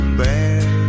bear